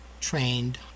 trained